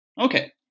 Okay